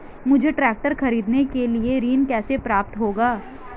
मुझे ट्रैक्टर खरीदने के लिए ऋण कैसे प्राप्त होगा?